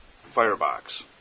firebox